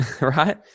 right